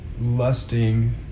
lusting